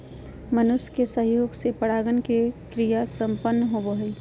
मनुष्य के सहयोग से परागण के क्रिया संपन्न होबो हइ